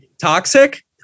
Toxic